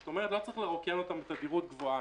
זאת אומרת, לא צריך לרוקן אותם בתדירות גבוהה.